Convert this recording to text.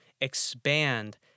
expand